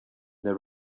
their